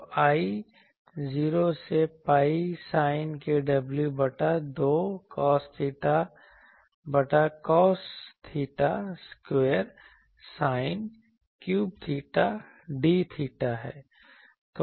तोI 0 से pi sin kw बटा 2 cos theta बटा cos theta square sin cube theta d theta है